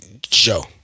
Joe